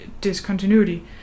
discontinuity